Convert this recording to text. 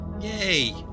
Yay